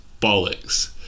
bollocks